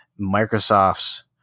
Microsoft's